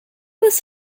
was